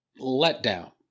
letdown